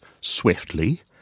swiftly